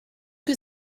que